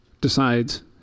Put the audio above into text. decides